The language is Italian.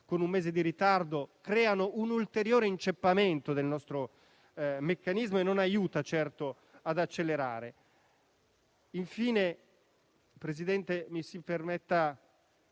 con un mese di ritardo, crea un ulteriore inceppamento del nostro meccanismo e non aiuta certo ad accelerare.